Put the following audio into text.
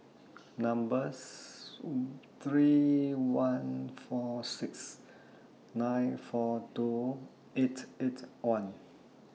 Number three one four six nine four two eight eight one